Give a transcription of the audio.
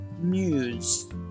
news